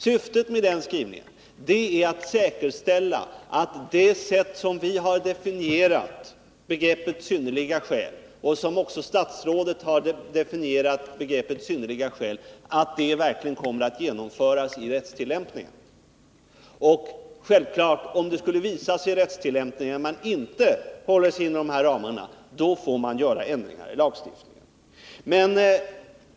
Syftet med utskottsskrivningen är att säkerställa att vår definition av ”synnerliga skäl” — liksom statsrådets definition av begreppet — verkligen slår igenom vid rättstillämpningen. Skulle det vid rättstillämpningen visa sig att man inte håller sig inom de angivna ramarna, får vi ändra lagen.